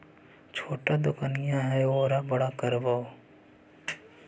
छोटा दोकनिया है ओरा बड़ा करवै?